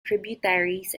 tributaries